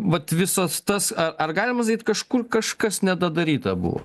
vat visas tas ar ar galima sakyt kažkur kažkas nedadaryta buvo